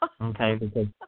Okay